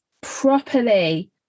properly